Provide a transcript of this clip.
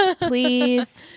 please